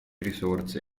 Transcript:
risorse